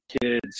kids